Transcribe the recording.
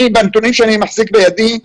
בנתונים שאני מחזיק בידי,